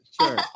sure